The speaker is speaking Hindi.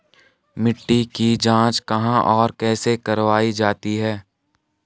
मिट्टी की जाँच कहाँ और कैसे करवायी जाती है?